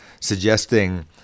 suggesting